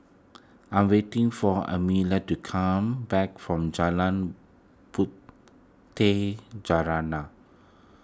I'm waiting for Emmaline to come back from Jalan Puteh